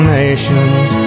nations